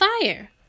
fire